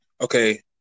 Okay